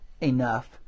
enough